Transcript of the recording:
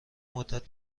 مدت